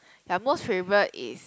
ya most favourite is